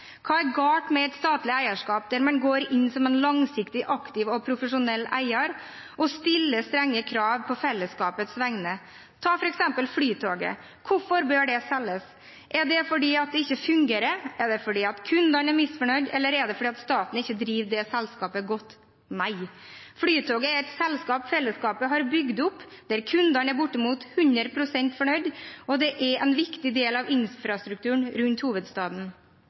Hva er galt med et statlig eierskap der man går inn som en langsiktig, aktiv og profesjonell eier og stiller strenge krav på fellesskapets vegne? Ta f.eks. Flytoget: Hvorfor bør det selges? Er det fordi det ikke fungerer, er det fordi kundene er misfornøyde, eller er det fordi staten ikke driver det selskapet godt? Nei. Flytoget er et selskap fellesskapet har bygd opp, der kundene er bortimot 100 pst. fornøyd, og det er en viktig del av infrastrukturen rundt hovedstaden.